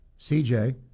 CJ